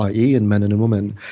ah ie in man and a woman.